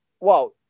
wow